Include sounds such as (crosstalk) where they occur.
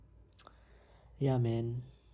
(noise) ya man